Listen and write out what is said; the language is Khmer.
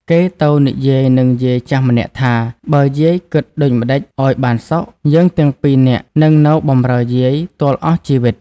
គេទៅនិយាយនឹងយាយចាស់ម្នាក់ថា "បើយាយគិតដូចម្តេចឲ្យបានសុខ យើងទាំងពីរនាក់នឹងនៅបម្រើយាយ ទាល់អស់ជីវិត" ។